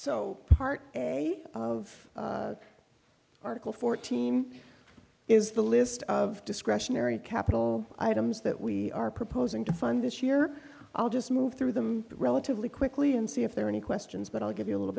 so part of article for team is the list of discretionary capital items that we are proposing to fund this year i'll just move through them relatively quickly and see if there are any questions but i'll give you a little